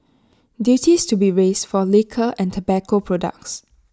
duties to be raised for liquor and tobacco products